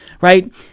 right